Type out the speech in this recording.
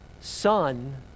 son